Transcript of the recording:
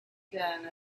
done